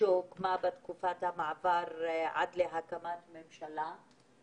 שהוקמה בתקופת המעבר עד להקמת ממשלה.